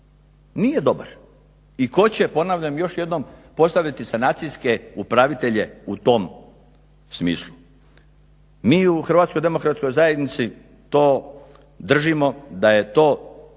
Nije dobar. I tko će, ponavljam još jednom, postaviti sanacijske upravitelje u tom smislu? Mi u HDZ-u držimo da je to